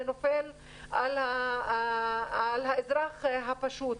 זה נופל על האזרח הפשוט.